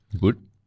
good